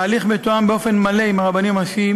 ההליך מתואם באופן מלא עם הרבנים הראשיים